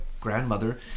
grandmother